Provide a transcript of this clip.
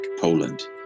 Poland